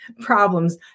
problems